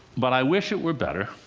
but i wish it were better.